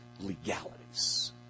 legalities